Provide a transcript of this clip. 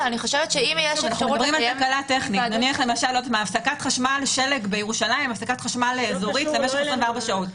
נאמר שיש שלג בירושלים והפסקת חשמל אזורית למשך כמה שעות.